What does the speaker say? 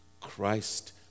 Christ